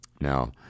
Now